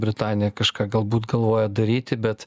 britanija kažką galbūt galvoja daryti bet